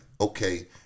okay